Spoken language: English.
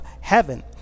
heaven